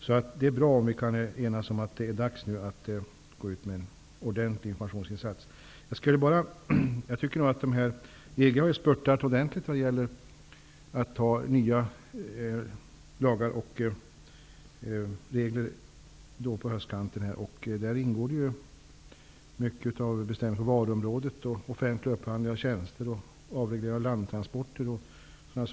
Det är därför bra om vi kan enas om att det är dags att göra en ordentlig informationsinsats. EG spurtade ju ordentligt på höstkanten när det gällde att anta nya lagar och regler. Däri ingår många bestämmelser på varuområdet och bestämmelser om offentlig upphandling av tjänster, avreglering av landtransporter osv.